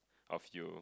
of you